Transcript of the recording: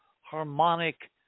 harmonic